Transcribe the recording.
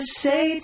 say